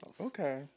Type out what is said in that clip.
Okay